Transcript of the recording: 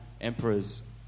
emperors